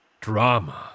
drama